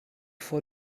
vor